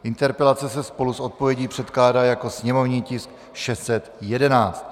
Interpelace se spolu s odpovědí předkládá jako sněmovní tisk 611.